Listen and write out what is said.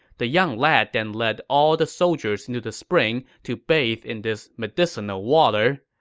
the young lad then led all the soldiers into the spring to bathe in this medicinal water.